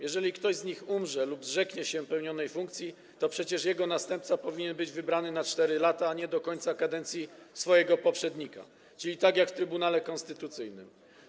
Jeżeli ktoś z nich umrze lub zrzeknie się pełnionej funkcji, to przecież jego następca powinien być wybrany na 4 lata, a nie do końca kadencji swojego poprzednika, czyli tak jak jest w Trybunale Konstytucyjnym.